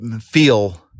feel